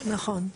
נכון.